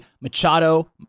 machado